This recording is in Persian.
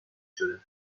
شده